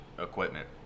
equipment